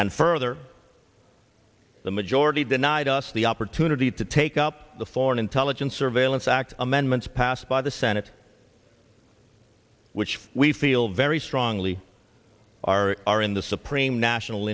and further the majority denied us the opportunity to take up the foreign intelligence surveillance act amendments passed by the senate which we feel very strongly are our in the supreme national